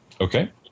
Okay